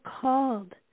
called